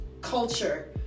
culture